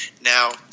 Now